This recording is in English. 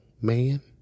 man